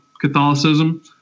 Catholicism